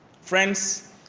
Friends